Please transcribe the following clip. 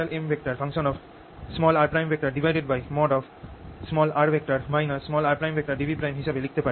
dV হিসেবে লিখতে পারি